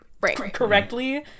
correctly